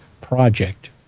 project